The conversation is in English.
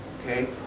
Okay